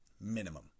Minimum